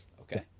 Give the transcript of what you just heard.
okay